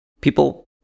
people